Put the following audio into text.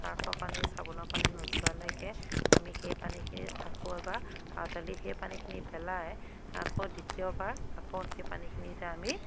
চাৰ্ফৰ পানী চাবোনৰ পানী নোযোৱালৈকে আমি সেই পানীখিনিত আকৌ এবাৰ আউডালি সেই পানীখিনি পেলাই আকৌ দ্বিতীয়বাৰ আকৌ সেই পানীখিনিতে আমি